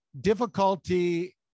difficulty